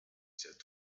said